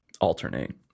alternate